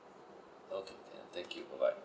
okay thank you bye bye